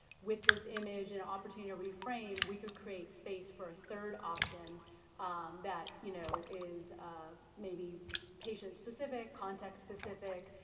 with this image and an opportunity to reframe, we could create space for a third option that you know is ah maybe patient specific, context specific,